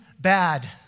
bad